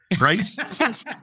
right